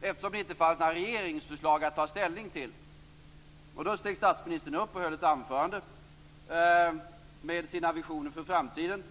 eftersom det inte fanns några regeringsförslag att ta ställning till. Då steg statsministern upp och höll ett anförande med sina visioner för framtiden.